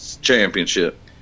championship